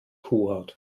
kuhhaut